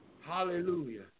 Hallelujah